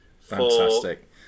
Fantastic